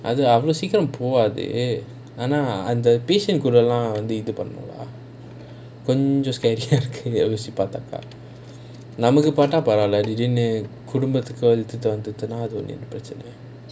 இது அவ்ளோ சீக்கிரம் போவது ஆனா:ithu avlo seekiram povathu aanaa and the patient கூடலாம் இது பண்ணணும்ல அது தான் கொஞ்சம்:koodalam ithu pananumla athu thaan konjam scary ah இருக்கு யோசிச்சி பாத்தாக்கா நல்லதுக்குனா பரவலா குடும்பத்துக்கு இழுத்துட்டு வந்தாக்கா அது ஒரு பிரச்னை:irukku yosichi paathakaa nallathukunaa paravalaa kudumbathuku iluthuttu vanthaakaa athu oru pirachanai